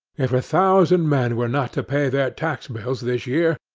if a thousand men were not to pay their tax bills this year,